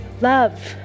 love